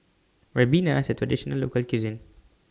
Ribena IS A Traditional Local Cuisine